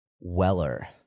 Weller